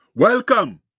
Welcome